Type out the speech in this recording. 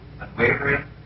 unwavering